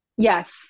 Yes